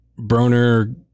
broner